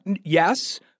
Yes